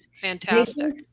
Fantastic